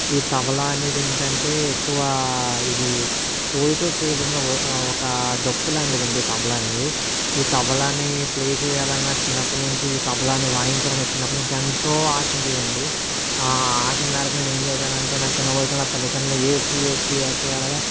ఈ తబలా అనేది ఏంటి అంటే ఎక్కువ ఇది తోలుతో చేయబడిన ఒ ఒక డప్పు లాంటిది అండి తబలా అనేది ఈ తబలాని ప్లే చేయాలని నాకు చిన్నప్పటి నుంచి ఈ తబలాని వాయించాలని చిన్నప్పటి నుంచి ఎంతో ఆశ ఉండేది అండి ఆ ఆశ మేరకు నేను ఏం చేసానంటే నా చిన్న వయసులో నా తల్లితండ్రుల ఏడ్చి ఏడ్చి ఏడ్చి పడగా